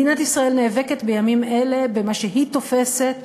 מדינת ישראל נאבקת בימים אלה במה שהיא תופסת